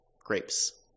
grapes